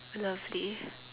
lovely